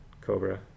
cobra